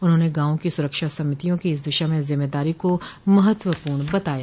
उन्होंने गांवों की सुरक्षा समितियों की इस दिशा में जिम्मेदारी को महत्वपूर्ण बताया